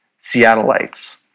seattleites